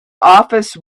office